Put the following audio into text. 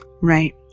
Right